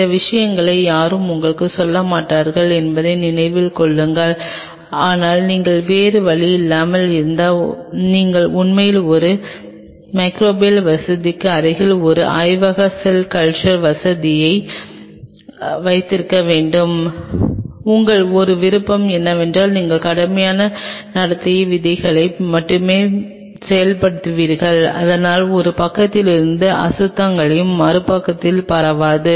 இந்த விஷயங்களை யாரும் உங்களுக்குச் சொல்ல மாட்டார்கள் என்பதை நினைவில் கொள்ளுங்கள் ஆனால் நீங்கள் வேறு வழியில்லாமல் இருந்தால் நீங்கள் உண்மையில் ஒரு மிகிரேபியல் வசதிக்கு அருகில் ஒரு ஆய்வக செல் கல்ச்சர் வசதியை வைத்திருக்க வேண்டும் உங்கள் ஒரே விருப்பம் என்னவென்றால் நீங்கள் கடுமையான நடத்தை விதிகளை மட்டுமே செயல்படுத்துகிறீர்கள் இதனால் ஒரு பக்கத்திலிருந்து அசுத்தங்கள் மறுபுறத்தில் பரவாது